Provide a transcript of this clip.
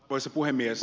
arvoisa puhemies